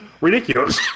ridiculous